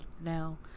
Now